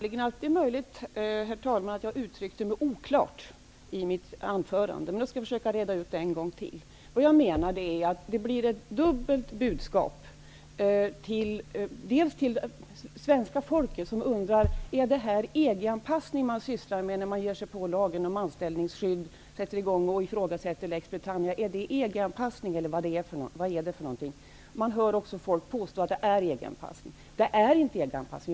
Herr talman! Det är möjligt att jag uttryckte mig oklart i mitt anförande, men jag skall försöka reda ut detta en gång till. Jag menade att man ger ett dubbelt budskap till svenska folket, som undrar om man sysslar med EG-anpassning när man ger sig på lagen om anställningsskydd och ifrågasätter lex Britannia. Jag hör också folk påstå att det är en EG anpassning.